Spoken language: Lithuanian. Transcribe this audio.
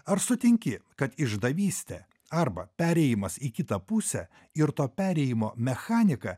ar sutinki kad išdavystė arba perėjimas į kitą pusę ir to perėjimo mechanika